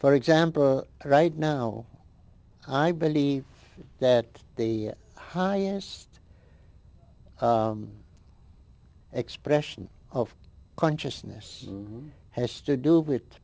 for example right now i believe that the highest expression of consciousness has to do wit